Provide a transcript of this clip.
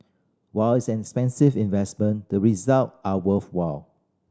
while it's an expensive investment the result are worthwhile